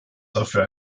dafür